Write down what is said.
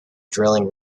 drilling